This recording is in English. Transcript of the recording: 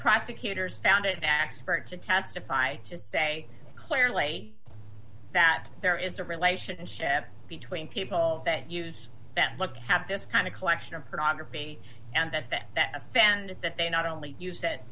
prosecutors found it an expert to testify to say clearly that there is a relationship between people that use them look have been kind of collection of pornography and that that that offended that they not only used it